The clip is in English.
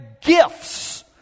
gifts